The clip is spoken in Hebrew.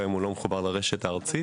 כיום הוא לא מחובר לרשת הארצית.